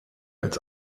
als